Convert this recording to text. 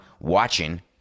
watching